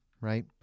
Right